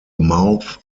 mouth